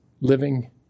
living